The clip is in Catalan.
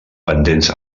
pendents